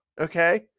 okay